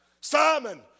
Simon